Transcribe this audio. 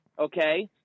okay